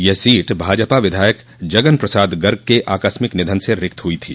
यह सीट भाजपा विधायक जगन प्रसाद गर्ग के आकस्मिक निधन से रिक्त हुई थी